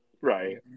Right